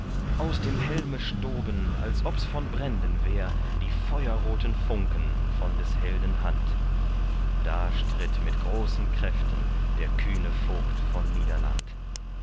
aus dem helme stoben als obs von bränden wär die feuerroten funken von des helden hand da stritt mit großen kräften der kühne vogt von niederland